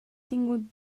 tingut